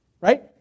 right